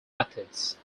methods